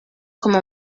como